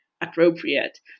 appropriate